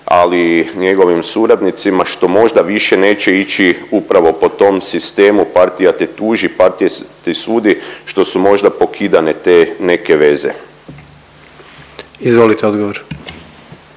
ali i njegovim suradnicima što možda više neće ići upravo po tom sistemu partija te tuži, partija ti sudi što su možda pokidane te neke veze. **Jandroković,